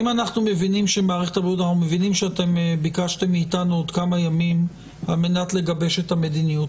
אנחנו מבינים שביקשתם מאיתנו עוד כמה ימים על מנת לגבש את המדיניות.